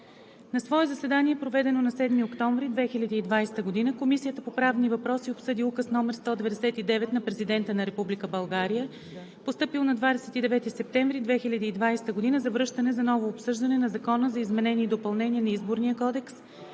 На свое заседание, проведено на 7 октомври 2020 г., Комисията по правни въпроси обсъди Указ № 199 на Президента на Република България, постъпил на 29 септември 2020 г., за връщане за ново обсъждане на Закона за изменение и допълнение на Изборния кодекс,